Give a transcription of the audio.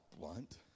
blunt